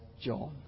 John